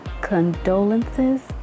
condolences